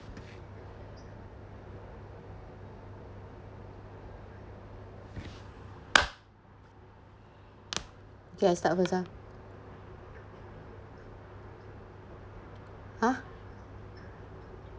okay I start first ah !huh!